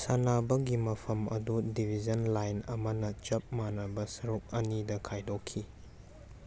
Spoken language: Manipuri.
ꯁꯅꯥꯕꯒꯤ ꯃꯐꯝ ꯑꯗꯨ ꯗꯤꯕꯤꯖꯟ ꯂꯥꯏꯟ ꯑꯃꯅ ꯆꯞ ꯃꯥꯟꯅꯕ ꯁꯔꯨꯛ ꯑꯅꯤꯗ ꯈꯥꯏꯗꯣꯛꯈꯤ